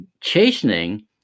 chastening